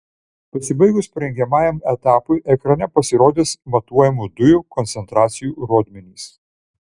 pasibaigus parengiamajam etapui ekrane pasirodys matuojamų dujų koncentracijų rodmenys